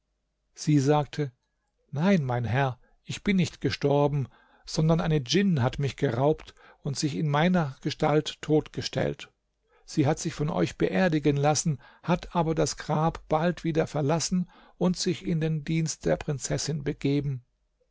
sie sagte nein mein herr ich bin nicht gestorben sondern eine djinn hat mich geraubt und sich in meiner gestalt tot gestellt sie hat sich von euch beerdigen lassen hat aber das grab bald wieder verlassen und sich in den dienst der prinzessin begeben